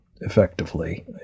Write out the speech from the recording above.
effectively